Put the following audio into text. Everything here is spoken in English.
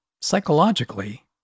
psychologically